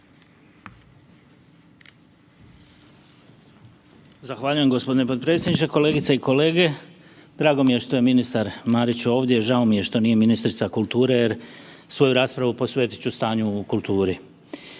Zahvaljujem g. potpredsjedniče, kolegice i kolege. Drago mi je što je ministar Marić ovdje, žao mi je što nije ministrica kulture jer svoju raspravu posvetit ću stanju u kulturi.